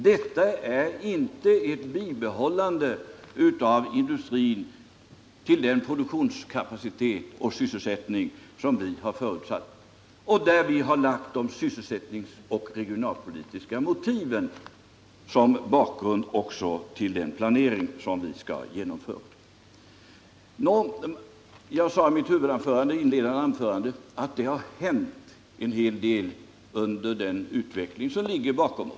Detta är inte ett bibehållande av industrin vid den produktionskapacitet och sysselsättning som vi har förutsatt då vi lagt de sysselsättningsoch regionalpolitiska motiven som bakgrund till den planering som vi skall genomföra. Jag sade i mitt inledande anförande att det har hänt en hel del under den tid som ligger bakom oss.